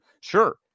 Sure